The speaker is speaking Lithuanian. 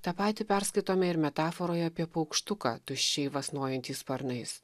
tą patį perskaitome ir metaforoje apie paukštuką tuščiai vasnojantį sparnais